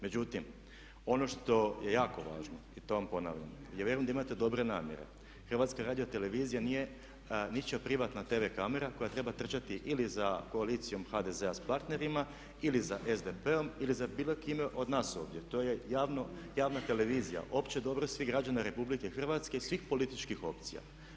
Međutim, ono što je jako važno i to vam ponavljam, ja vjerujem da imate dobre namjere, HRT nije ničija privatna tv kamera koja treba trčati ili za koalicijom HDZ-a sa partnerima ili za SDP-om ili za bilo kime od nas ovdje, to je javna televizija, opće dobro svih građana RH i svih političkih opcija.